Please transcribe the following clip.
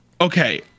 Okay